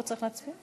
לא צריך להצביע?